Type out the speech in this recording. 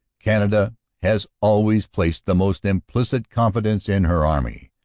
canada has always placed the most implicit confidence in her army.